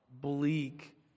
bleak